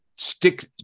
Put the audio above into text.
stick